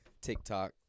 TikTok